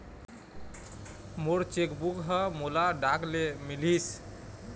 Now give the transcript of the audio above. मोर cheque book ह मोला डाक ले मिलिस